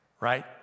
Right